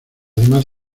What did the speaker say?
demás